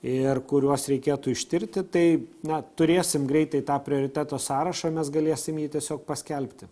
ir kuriuos reikėtų ištirti tai na turėsim greitai tą prioritetų sąrašą mes galėsim jį tiesiog paskelbti